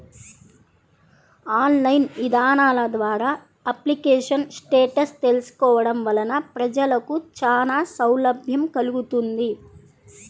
online ఇదానాల ద్వారా application status తెలుసుకోవడం వలన ప్రజలకు చానా సౌలభ్యం కల్గుతుంది